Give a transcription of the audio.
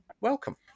Welcome